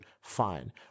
fine